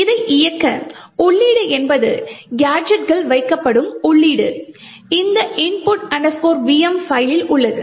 இதை இயக்க உள்ளீடு என்பது கேஜெட்கள் வைக்கப்படும் உள்ளீடு இந்த input vm பைல்லில் உள்ளது